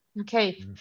okay